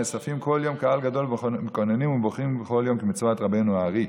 נאספים כל יום קהל גדול ומקוננים ובוכים כל יום כמצוות רבנו האר"י".